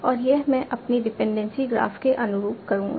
और यह मैं अपनी डिपेंडेंसी ग्राफ के अनुरूप करूंगा